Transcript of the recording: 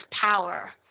power